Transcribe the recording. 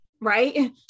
right